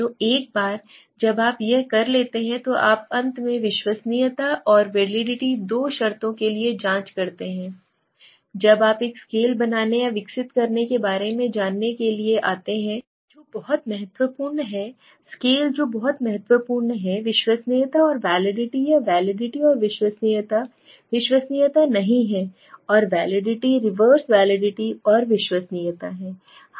तो एक बार जब आप यह कर लेते हैं तो आप अंत में विश्वसनीयता और वैलिडिटी दो शर्तों के लिए जांच करते हैं जब आप एक स्केल बनाने या विकसित करने के बारे में जानने के लिए आते हैं जो बहुत महत्वपूर्ण है स्केल जो बहुत महत्वपूर्ण हैं विश्वसनीयता और वैलिडिटी या वैलिडिटी और विश्वसनीयता विश्वसनीयता नहीं है और वैलिडिटी रिवर्स वैलिडिटी और विश्वसनीयता